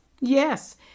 Yes